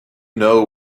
know